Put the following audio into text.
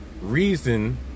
reason